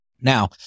Now